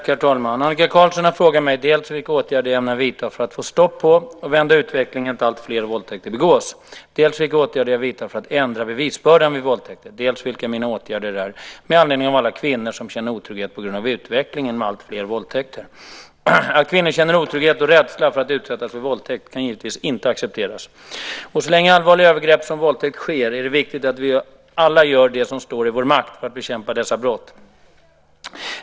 Herr talman! Annika Qarlsson har frågat mig dels vilka åtgärder jag ämnar vidta för att få stopp på och vända utvecklingen att alltfler våldtäkter begås, dels vilka åtgärder jag vidtar för att ändra bevisbördan vid våldtäkter och dels vilka mina åtgärder är med anledning av alla kvinnor som känner otrygghet på grund av utvecklingen med alltfler våldtäkter. Att kvinnor känner otrygghet och rädsla för att utsättas för våldtäkt kan givetvis inte accepteras. Och så länge allvarliga övergrepp som våldtäkt sker är det viktigt att vi alla gör det som står i vår makt för att bekämpa dessa brott.